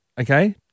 okay